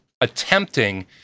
attempting